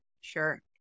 Sure